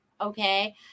okay